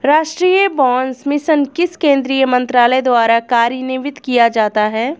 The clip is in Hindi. राष्ट्रीय बांस मिशन किस केंद्रीय मंत्रालय द्वारा कार्यान्वित किया जाता है?